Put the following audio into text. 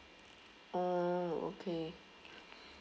oh okay